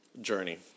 journey